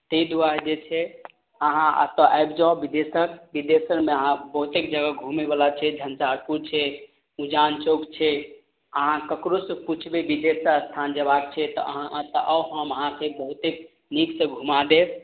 तहि दुआरे जे छै अहाँ अतऽ आबि जाउ बिदेश्वर बिदेश्वरमे अहाँ बहुतेक जगह घुमै वाला छै झञ्चारपुर छै उजान चौक छै अहाँ ककरोसँ पुछ्बै बिदेश्वरस्थान जयबाक छै तऽ अहाँ अतऽ आउ हम अहाँके बहुतेक नीकसँ घुमा देब